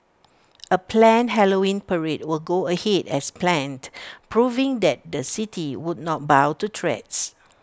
A planned Halloween parade will go ahead as planned proving that the city would not bow to threats